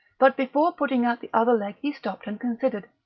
but before putting out the other leg he stopped and considered,